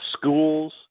schools